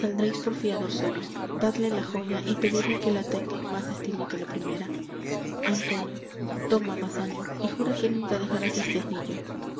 saldreis por fiador suyo dadle la joya y pedidle que la tenga en más estima que la primera antonio toma basanio y jura que nunca dejarás este anillo